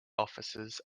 officers